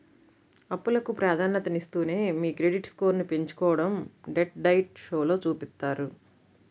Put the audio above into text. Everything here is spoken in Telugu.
అప్పులకు ప్రాధాన్యతనిస్తూనే మీ క్రెడిట్ స్కోర్ను పెంచుకోడం డెట్ డైట్ షోలో చూపిత్తారు